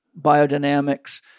biodynamics